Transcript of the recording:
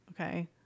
okay